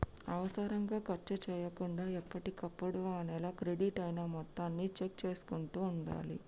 అనవసరంగా ఖర్చు చేయకుండా ఎప్పటికప్పుడు ఆ నెల క్రెడిట్ అయిన మొత్తాన్ని చెక్ చేసుకుంటూ ఉండాలి